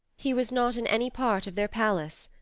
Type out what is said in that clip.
he was not in any part of their palace.